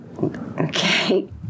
Okay